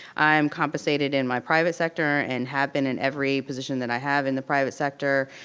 i am compensated in my private sector, and have been in every position that i have in the private sector.